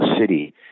city